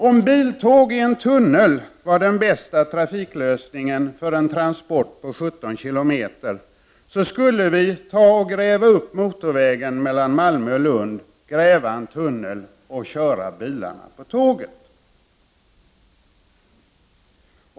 Om biltåg i en tunnel var den bästa trafiklösningen för en transport på 17 kilometer, skulle vi gräva upp motorvägen mellan Malmö och Lund, gräva en tunnel och transportera bilarna på tåg.